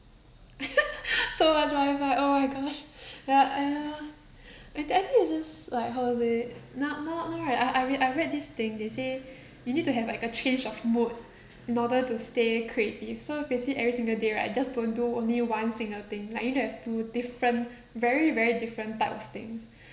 so much wifi oh my gosh ya uh I think I think it's just like how to say not not not rea~ I I I read this thing they say you need to have like a change of mood in order to stay creative so basically every single day right I just don't do only one single thing like you need to have two different very very different type of things